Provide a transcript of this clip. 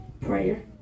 Prayer